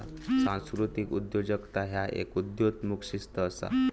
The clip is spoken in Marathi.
सांस्कृतिक उद्योजकता ह्य एक उदयोन्मुख शिस्त असा